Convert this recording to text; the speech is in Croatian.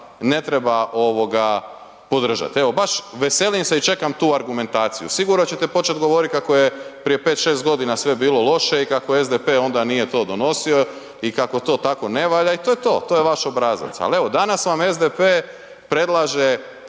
ne treba ovoga podržat, evo baš veselim se i čekam tu argumentaciju, sigurno ćete počet govorit kako je prije 5-6.g. sve bilo loše i kako SDP onda nije to donosio i kako to tako ne valja i to je to, to je vaš obrazac, al evo danas vam SDP predlaže,